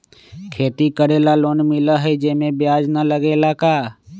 खेती करे ला लोन मिलहई जे में ब्याज न लगेला का?